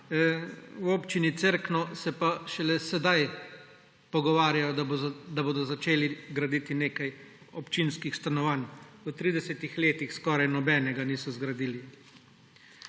V Občini Cerkno se pa šele sedaj pogovarjajo, da bodo začeli graditi nekaj občinskih stanovanj. V tridesetih letih skoraj nobenega niso zgradili.